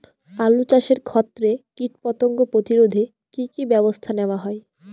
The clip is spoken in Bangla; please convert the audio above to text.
আলু চাষের ক্ষত্রে কীটপতঙ্গ প্রতিরোধে কি কী ব্যবস্থা নেওয়া হয়?